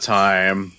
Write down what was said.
time